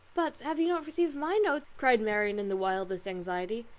but have you not received my notes? cried marianne in the wildest anxiety.